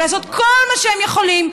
ולעשות כל מה שהם יכולים,